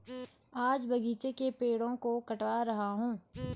आज बगीचे के पेड़ों को कटवा रहा हूं